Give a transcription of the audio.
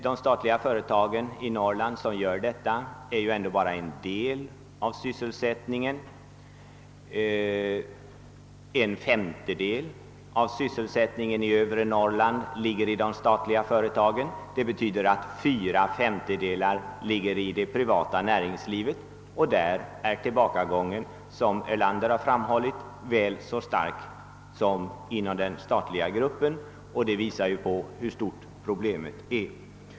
De statliga företag i Norrland som gjort detta svarar dock bara för en femtedel av sysselsättningen i övre Norrland, vilket alltså innebär att det privata näringslivet svarar för fyra femtedelar. Där har tillbakagången, som herr Erlander har framhållit, varit väl så stark som inom den statliga gruppen. Det visar ju hur stort problemet är.